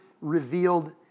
revealed